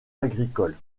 agricoles